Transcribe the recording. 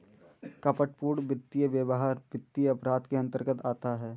कपटपूर्ण वित्तीय व्यवहार वित्तीय अपराध के अंतर्गत आता है